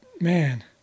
man